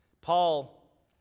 Paul